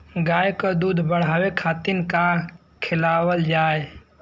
गाय क दूध बढ़ावे खातिन का खेलावल जाय?